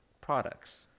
products